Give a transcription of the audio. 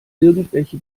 irgendwelche